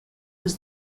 was